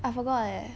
I forgot eh